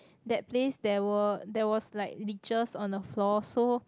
that place there were there was like leeches on the floor so